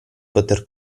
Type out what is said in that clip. poter